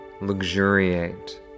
luxuriate